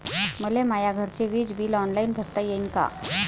मले माया घरचे विज बिल ऑनलाईन भरता येईन का?